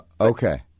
Okay